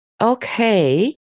Okay